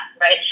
right